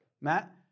Matt